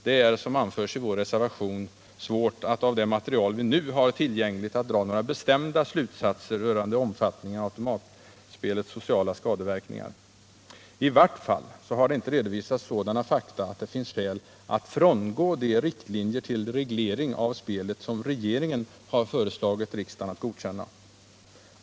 Det är, som anförs i vår reservation, svårt att av det material som vi nu har tillgängligt dra några bestämda slutsatser rörande omfattningen av automatspelets sociala skadeverkningar. I vart fall har det inte redovisats sådana fakta att det finns skäl att frångå de riktlinjer till reglering av spelet som regeringen har föreslagit riksdagen att godkänna.